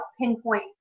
pinpoint